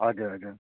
हजुर हजुर